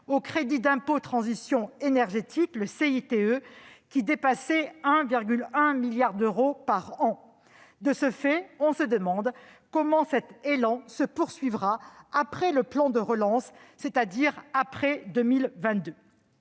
au crédit d'impôt pour la transition énergétique, le CITE, qui dépassaient 1,1 milliard d'euros par an. De ce fait, on se demande comment cet élan se poursuivra après le plan de relance, c'est-à-dire après 2022.